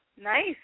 Nice